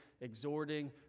exhorting